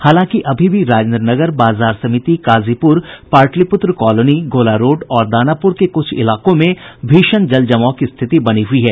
हालांकि अभी भी राजेन्द्रनगर बाजार समिति काजीपुर पाटलिपुत्र कॉलोनी गोला रोड और दानापुर के कुछ इलाकों में भीषण जलजमाव की स्थिति बनी हुई है